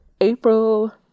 April